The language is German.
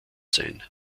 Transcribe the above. sein